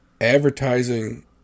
advertising